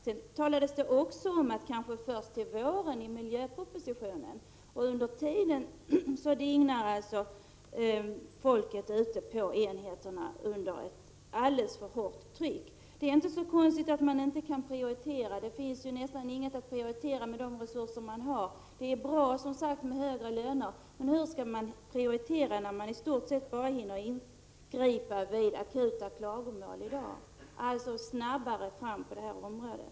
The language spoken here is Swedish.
Sedan talades det också om att det kanske kommer först i miljöpropositionen till våren. Under tiden dignar alltså folket ute på enheterna under ett alldeles för hårt tryck. Det är inte så konstigt att man inte kan prioritera. Man har ju nästan inga resurser att prioritera. Det är som sagt bra med högre löner. Men hur skall man kunna prioritera i dag, när man i stort sett bara hinner ingripa vid akuta klagomål? Alltså: Gå snabbare fram på det här området!